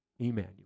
Emmanuel